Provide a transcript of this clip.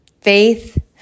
faith